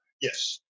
Yes